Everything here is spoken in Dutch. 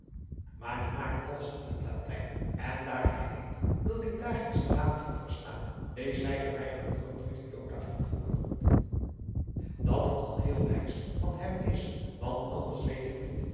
maar die maakt alles in het latijn en daar hij weet dat ik daar geen syllabe van versta leest hij er mij gelukkig nooit een jota van voor dat al heel wijs van hem is want anders weet ik niet